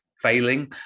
failing